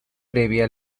previa